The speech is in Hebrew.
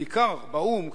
בעיקר באו"ם,